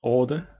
Order